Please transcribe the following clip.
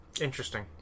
Interesting